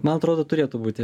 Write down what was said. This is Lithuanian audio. man atrodo turėtų būti